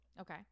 Okay